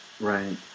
Right